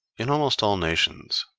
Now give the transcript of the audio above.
in almost all nations,